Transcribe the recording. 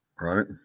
Right